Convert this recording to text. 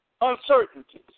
uncertainties